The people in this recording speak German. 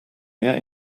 mehr